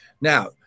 Now